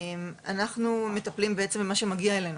אנחנו מטפלים בעצם במה שמגיע אלינו.